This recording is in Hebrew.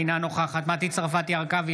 אינה נוכחת מטי צרפתי הרכבי,